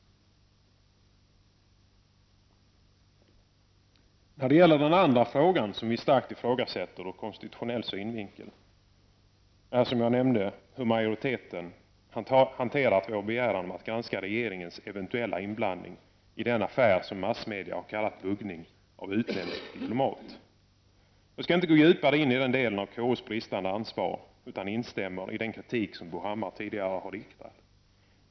Den andra frågan, som vi starkt ifrågasätter ur konstitutionell synvinkel, är som jag nämnde tidigare hur majoriteten har hanterat vår begäran om att granska regeringens eventulla inblandning i den affär som massmedia har kallat buggning av utländsk diplomat. Jag skall inte gå djupare in i den delen av KUs bristande ansvar, utan nöjer mig med att instämma i den kritik som Bo Hammar har framfört.